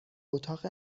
اتاق